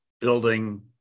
building